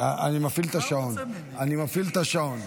אני מפעיל את השעון.